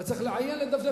הוא היה צריך לעיין, לדפדף.